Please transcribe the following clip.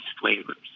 flavors